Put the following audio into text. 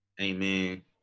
Amen